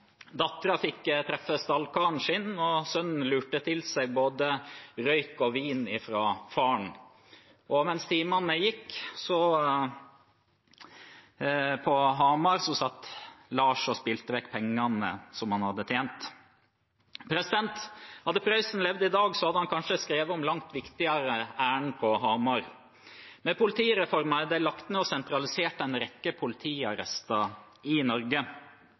sønnen lurte til seg både røyk og vin fra faren. Og mens timene gikk på Hamar, satt Lars og spilte vekk pengene han hadde tjent. Hadde Prøysen levd i dag, hadde han kanskje skrevet om langt viktigere ærend på Hamar. Med politireformen er det lagt ned og sentralisert en rekke politiarrester i Norge.